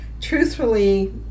truthfully